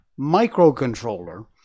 microcontroller